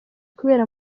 kubera